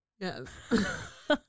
Yes